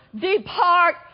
depart